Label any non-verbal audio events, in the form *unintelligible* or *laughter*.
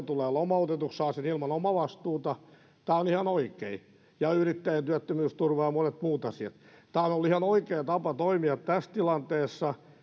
*unintelligible* tulee lomautetuksi saa sen korvauksen ilman omavastuuta tämä on ihan oikein ja yrittäjän työttömyysturva ja monet muut asiat tämä on ollut ihan oikea tapa toimia tässä tilanteessa